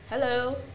Hello